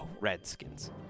Redskins